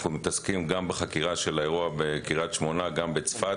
אנחנו מתעסקים בחקירה של האירוע בקרית שמונה ושל האירוע בצפת.